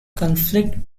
conflict